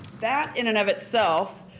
that, in and of itself,